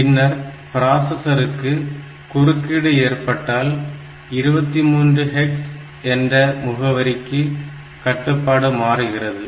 பின்னர் பிராசஸருக்கு குறுக்கீடு ஏற்பட்டால் 23hex என்ற முகவரிக்கு கட்டுப்பாடு மாறுகிறது